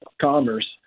commerce